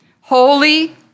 holy